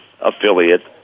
affiliate